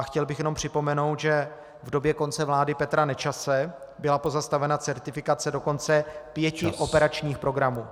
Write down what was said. Chtěl bych jenom připomenout, že v době konce vlády Petra Nečase byla pozastavena certifikace dokonce pěti operačních programů.